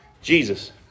Jesus